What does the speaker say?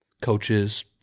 coaches